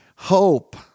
Hope